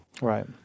Right